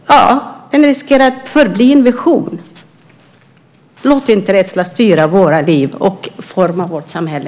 Den riskerar att förbli en vision. Låt inte rädsla styra våra liv och forma vårt samhälle!